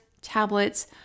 tablets